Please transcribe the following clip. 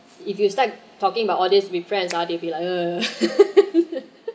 if you start talking about all these with friends ah they'll be like uh